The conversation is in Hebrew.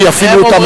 שיפעילו אותם מרחוק?